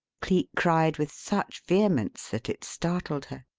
cleek cried with such vehemence that it startled her.